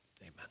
amen